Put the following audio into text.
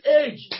age